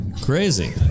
Crazy